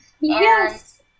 Yes